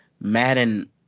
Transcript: Madden